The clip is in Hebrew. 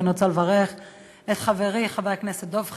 ואני רוצה לברך את חברי חבר הכנסת דב חנין,